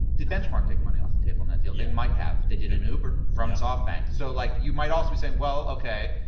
did benchmark take money off the table in that deal? they might have. they did in uber from softbank. so like you might also be saying, aeuroewell, okay,